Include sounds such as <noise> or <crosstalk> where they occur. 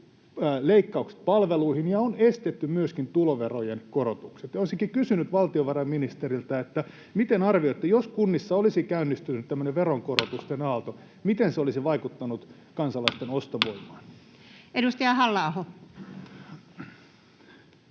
leikkaukset palveluihin ja on estetty myöskin tuloverojen korotukset. Olisinkin kysynyt valtiovarainministeriltä: miten arvioitte, jos kunnissa olisi käynnistynyt tämmöinen veronkorotusten aalto, <noise> miten se olisi vaikuttanut kansalaisten ostovoimaan? [Speech